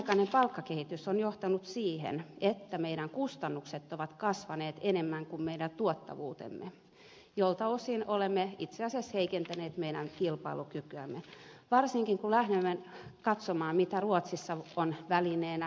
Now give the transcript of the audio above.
viimeaikainen palkkakehitys on johtanut siihen että meidän kustannuksemme ovat kasvaneet enemmän kuin meidän tuottavuutemme jolta osin olemme itse asiassa heikentäneet meidän kilpailukykyämme varsinkin kun lähdemme katsomaan mikä ruotsissa on välineenä